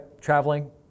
traveling